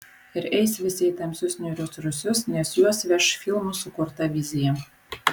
ir eis visi į tamsius niūrius rūsius nes juos veš filmų sukurta vizija